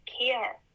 care